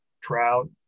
trout